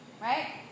right